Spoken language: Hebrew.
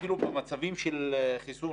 אפילו במצבים של חיסון,